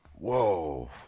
Whoa